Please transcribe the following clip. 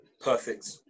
Perfect